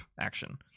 action